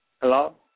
Hello